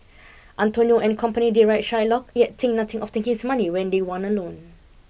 Antonio and company deride Shylock yet think nothing of taking his money when they want a loan